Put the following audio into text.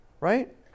right